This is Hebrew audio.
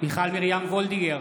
מיכל מרים וולדיגר,